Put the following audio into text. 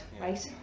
right